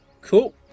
Cool